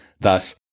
Thus